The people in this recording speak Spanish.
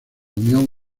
unión